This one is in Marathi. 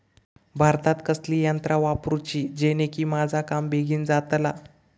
भातात कसली यांत्रा वापरुची जेनेकी माझा काम बेगीन जातला?